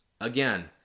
Again